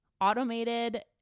Automated